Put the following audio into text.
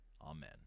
Amen